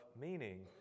meaning